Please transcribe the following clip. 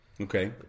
Okay